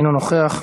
אינו נוכח.